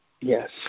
yes